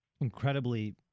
incredibly